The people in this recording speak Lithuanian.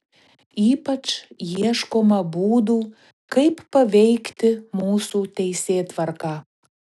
ypač ieškoma būdų kaip paveikti mūsų teisėtvarką